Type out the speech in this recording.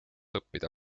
õppida